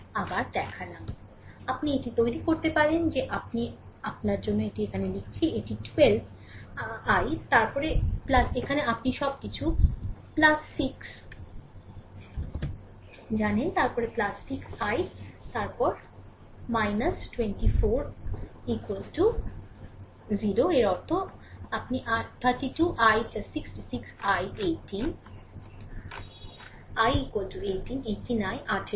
সুতরাং আপনি এটি তৈরি করতে পারেন যে আমি আপনার জন্য এটি এখানে লিখছি এটি 12 I তারপরে এখন আপনি সবকিছু 6 জানেন তারপরে 6 i তারপর 24 0 এর অর্থ আপনি আর 32 i 6 6 i 18 i 18 18 i আঠারো